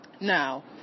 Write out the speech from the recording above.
now